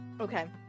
Okay